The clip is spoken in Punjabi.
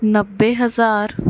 ਨੱਬੇ ਹਜ਼ਾਰ